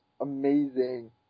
amazing